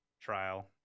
trial